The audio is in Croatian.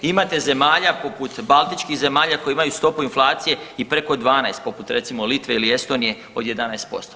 Imate zemalja poput Baltičkih zemalja koje imaju stopu inflacije i preko 12 poput recimo Litve ili Estonije od 11%